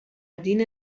دین